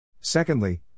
Secondly